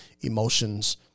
emotions